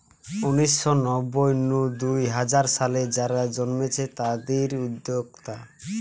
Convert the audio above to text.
উনিশ শ নব্বই নু দুই হাজার সালে যারা জন্মেছে তাদির উদ্যোক্তা